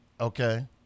okay